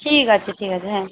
ঠিক আছে ঠিক আছে হ্যাঁ